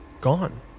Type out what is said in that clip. gone